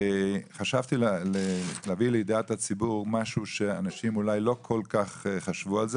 חשבתי להביא לידיעת הציבור משהו שאנשים אולי לא כל כך חשבו עליו,